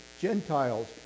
Gentiles